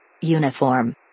Uniform